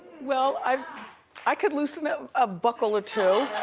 well um i could loosen up a buckle or two.